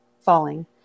falling